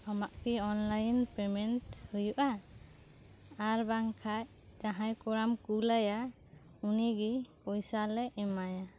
ᱟᱢᱟᱜ ᱠᱤ online payment ᱦᱳᱭᱳᱜᱼᱟ ᱟᱨ ᱵᱟᱝᱠᱷᱟᱱ ᱡᱟᱦᱟᱸᱭ ᱠᱚᱲᱟᱢ ᱠᱳᱞᱮᱭᱟ ᱩᱱᱤᱜᱮ ᱯᱚᱭᱥᱟᱞᱮ ᱮᱢᱟᱭᱟ